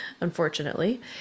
unfortunately